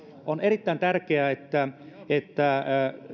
on erittäin tärkeää että että